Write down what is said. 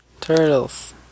Turtles